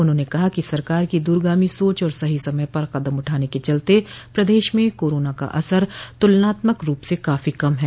उन्होंने कहा कि सरकार की दूरगामी सोच और सही समय पर कदम उठाने के चलते प्रदेश में कोरोना का असर तुलनात्मक रूप से काफी कम है